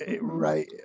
right